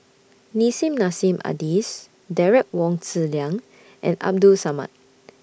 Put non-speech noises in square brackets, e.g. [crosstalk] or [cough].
Nissim Nassim Adis Derek Wong Zi Liang and Abdul Samad [noise]